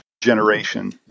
generation